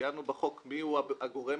ציינו בחוק מיהו הגורם